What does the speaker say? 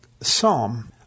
psalm